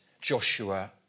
Joshua